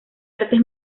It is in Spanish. artes